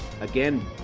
Again